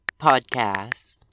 podcast